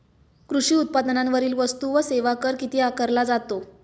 कृषी उत्पादनांवरील वस्तू व सेवा कर किती आकारला जातो?